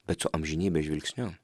bet su amžinybės žvilgsniu